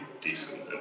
decent